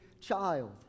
child